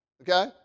Okay